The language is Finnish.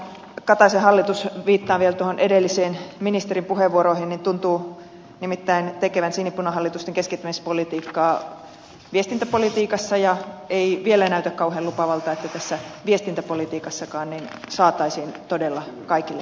tämä kataisen hallitus viittaan vielä noihin edellisiin ministerin puheenvuoroihin tuntuu nimittäin tekevän sinipunahallitusten keskittämispolitiikkaa liikennepolitiikassa ja ei vielä näytä kauhean lupaavalta että tässä viestintäpolitiikassakaan saataisiin todella kaikille tämä laajakaista